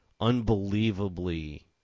unbelievably